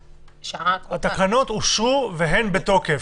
התקנות אושרו והן בתוקף.